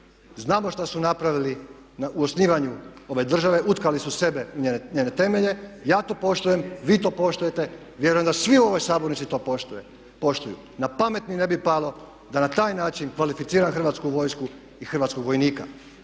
Znamo što su napravili u osnivanju ove države, utkali su sebe u njene temelje. Ja to poštujem, vi to poštujete. Vjerujem da svi u ovoj sabornici to poštuju. Na pamet mi ne bi palo da na taj način kvalificiram Hrvatsku vojsku i hrvatskog vojnika.